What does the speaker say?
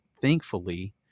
thankfully